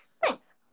Thanks